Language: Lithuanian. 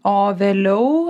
o vėliau